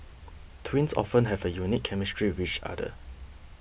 twins often have a unique chemistry with each other